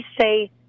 say